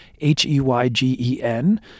H-E-Y-G-E-N